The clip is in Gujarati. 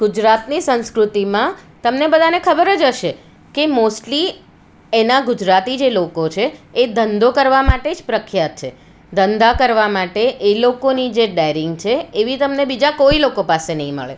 ગુજરાતની સંસ્કૃતિમાં તમને બધાને ખબર જ હશે કે મોસ્ટલી અહીંના ગુજરાતી જે લોકો છે એ ધંધો કરવા માટે જ પ્રખ્યાત છે ધંધા કરવા માટે એ લોકોની જે ડેરીંગ છે એવી તમને બીજા કોઈ લોકો પાસે નહીં મળે